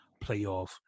playoff